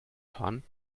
fahren